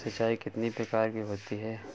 सिंचाई कितनी प्रकार की होती हैं?